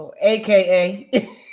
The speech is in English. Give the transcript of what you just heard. aka